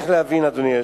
אדוני היושב-ראש,